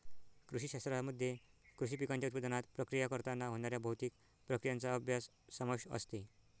कृषी शास्त्रामध्ये कृषी पिकांच्या उत्पादनात, प्रक्रिया करताना होणाऱ्या भौतिक प्रक्रियांचा अभ्यास समावेश असते